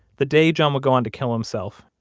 the day john would go on to kill himself,